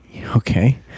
Okay